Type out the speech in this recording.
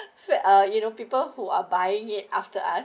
uh you know people who are buying it after us